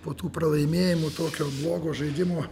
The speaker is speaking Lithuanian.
po tų pralaimėjimų tokio blogo žaidimo